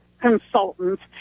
consultants